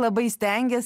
labai stengies